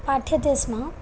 पाठ्यते स्म